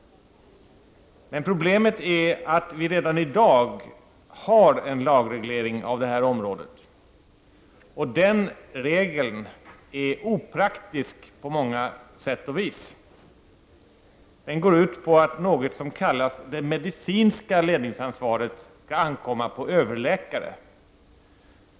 Problemet är att det redan i dag finns en lagreglering om detta område, och den regeln är opraktisk på många sätt och vis. Den går ut på att något som kallas det medicinska ledningsansvaret skall ankomma på överläkare.